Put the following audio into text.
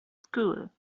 school